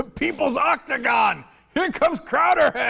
people's octagon becomes crack but